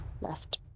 left